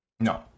no